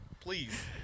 Please